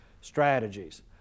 strategies